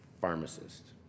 pharmacist